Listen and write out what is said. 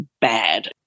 bad